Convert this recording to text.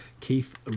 Keith